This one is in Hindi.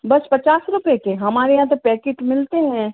बस पचास रुपये के हमारे यहाँ तो पैकेट मिलते हैं